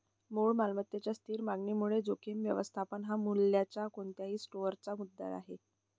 मूळ मालमत्तेच्या स्थिर मागणीमुळे जोखीम व्यवस्थापन हा मूल्याच्या कोणत्याही स्टोअरचा मुद्दा आहे